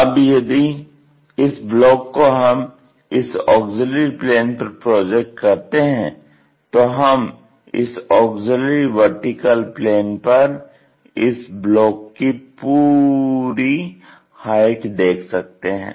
अब यदि इस ब्लॉक को हम इस ऑग्ज़िल्यरी प्लेन पर प्रोजेक्ट करते हैं तो हम इस ऑग्ज़िल्यरी वर्टीकल प्लेन पर इस ब्लॉक की पूरी हाइट देख सकते हैं